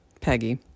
Peggy